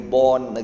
born